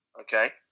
Okay